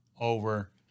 over